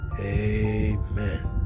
Amen